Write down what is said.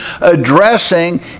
addressing